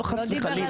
לא חס וחלילה